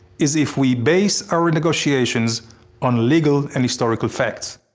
is if we base our ah negotiations on legal and historical facts.